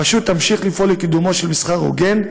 הרשות תמשיך לפעול לקידום מסחר הוגן,